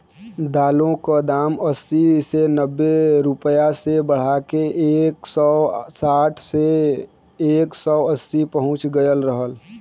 दालों क दाम अस्सी से नब्बे रुपया से बढ़के एक सौ साठ से एक सौ अस्सी पहुंच गयल रहल